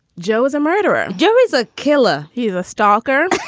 joe is a murderer joe is a killer. he's a stalker.